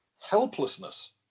helplessness